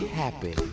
happy